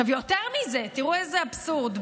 יותר מזה, תראו איזה אבסורד.